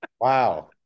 wow